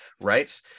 right